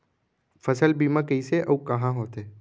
फसल बीमा कइसे अऊ कहाँ होथे?